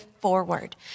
forward